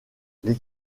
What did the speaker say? les